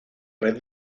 red